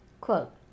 Quote